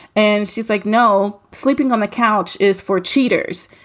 and she's like, no, sleeping on the couch is for cheaters.